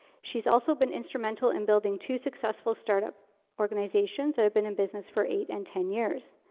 she's also been instrumental in building two successful start up organizations that have been in business for eight and ten years.